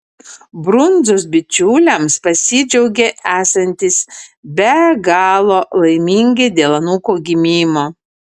brundzos bičiuliams pasidžiaugė esantys be galo laimingi dėl anūko gimimo